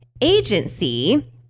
agency